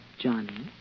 Johnny